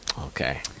Okay